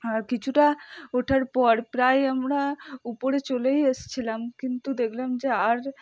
আর কিছুটা ওঠার পর প্রায় আমরা উপরে চলেই এসছিলাম কিন্তু দেখলাম যে আর